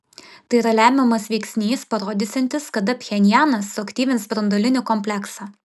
tai yra lemiamas veiksnys parodysiantis kada pchenjanas suaktyvins branduolinį kompleksą